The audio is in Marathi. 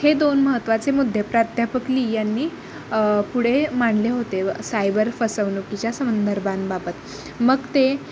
हे दोन महत्त्वाचे मुद्दे प्राध्यापक ली यांनी पुढे मांडले होते सायबर फसवणुकीच्या संदर्भांबाबत मग ते